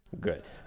Good